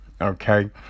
okay